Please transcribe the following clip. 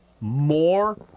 more